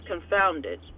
confounded